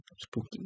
Spooky